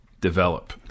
develop